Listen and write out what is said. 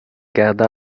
garda